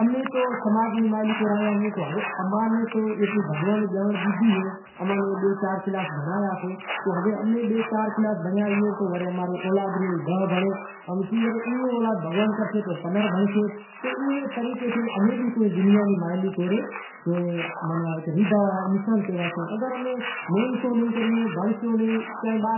امیں تو سماج نا مالک ریا اماں نیں تو بھگوان نیں جانڑ ڈنی امیں بئے چار کلاس بھنڑیا تو اماں رو اولاد ریو اے داہ کلاس بھنڑیں۔ تو کہے تاں نے بھنڑی ڈیکھارنڑو اہے بھگوان نو کرم ایوو سے کہ ہوں بھنڑتو تو ماستر بدہاں نیں ونڑنتو، ہوں گھر پریوار میں بھنڑل ہتو تو ای ہوں بھنڑیس توں چیں بھنڑیس